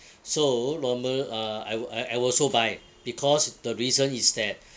so normal uh I will I also buy because the reason is that